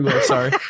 Sorry